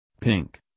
Pink